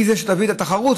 היא שתביא את התחרות.